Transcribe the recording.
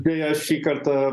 deja šį kartą